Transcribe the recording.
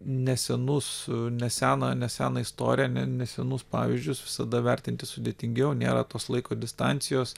nesenus neseną neseną istoriją ne nesenus pavyzdžius visada vertinti sudėtingiau nėra tos laiko distancijos